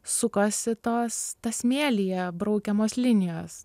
sukosi tos tas smėlyje braukiamos linijos